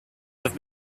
have